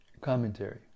Commentary